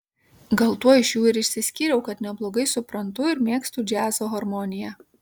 gal tuo iš jų ir išsiskyriau kad neblogai suprantu ir mėgstu džiazo harmoniją